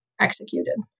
executed